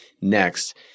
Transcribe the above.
next